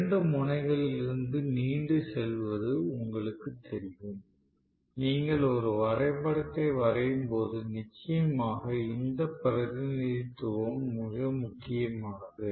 இரண்டு முனைகளிலிருந்து நீண்டு செல்வது உங்களுக்குத் தெரியும் நீங்கள் ஒரு வரைபடத்தை வரையும் போது நிச்சயமாக இந்த பிரதிநிதித்துவம் மிக முக்கியமானது